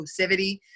inclusivity